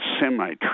semi